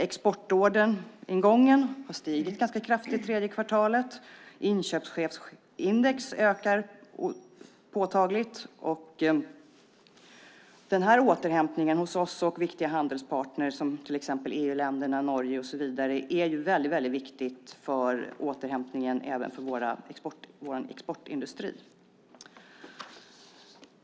Exportorderingången har stigit ganska kraftigt tredje kvartalet, och inköpschefsindex ökar påtagligt. Återhämtningen hos oss och viktiga handelspartner, till exempel EU-länderna och Norge, är väldigt viktig även för vår exportindustris återhämtning.